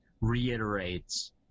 reiterates